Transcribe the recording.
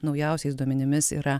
naujausiais duomenimis yra